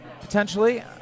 potentially